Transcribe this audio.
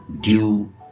due